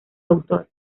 autor